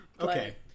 okay